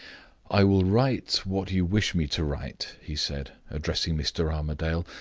i will write what you wish me to write, he said, addressing mr. armadale.